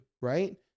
Right